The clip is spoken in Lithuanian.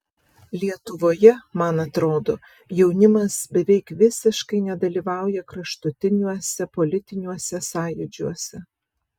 lietuvoje man atrodo jaunimas beveik visiškai nedalyvauja kraštutiniuose politiniuose sąjūdžiuose